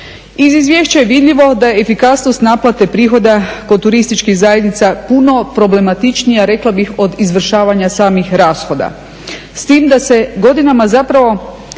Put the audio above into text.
Iz izvješća je vidljivo da efikasnost naplate prihoda kod turističkih zajednica puno problematičnija rekla bih od izvršavanja samih rashoda s tim da se godinama zapravo